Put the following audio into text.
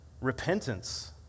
Repentance